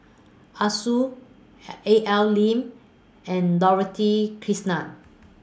Arasu A L Lim and Dorothy Krishnan